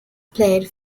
played